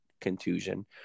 contusion